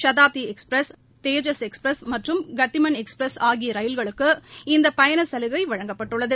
Shatabdi express Tejas மற்றும் Gatimaan express ஆகிய ரயில்களுக்கு இந்த பயணச் சலுகை வழங்கப்பட்டுள்ளது